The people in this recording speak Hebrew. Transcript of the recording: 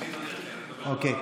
אוקיי.